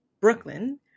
Brooklyn